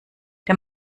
der